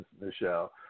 Michelle